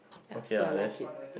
yeah so I like it